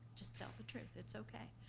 just tell the truth, it's okay.